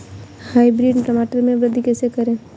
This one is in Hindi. हाइब्रिड टमाटर में वृद्धि कैसे करें?